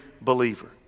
believer